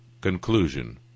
Conclusion